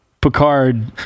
Picard